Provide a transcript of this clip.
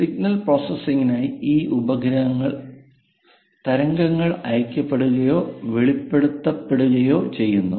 signal പ്രോസസ്സിംഗിനായി ഈ ഉപഗ്രഹങ്ങൾ തരംഗങ്ങൾ അയക്കപെടുകയോ വെളിപ്പെടുത്തപെടുകയോ ചെയ്യുന്നു